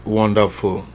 wonderful